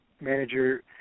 manager